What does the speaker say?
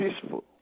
peaceful